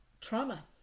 trauma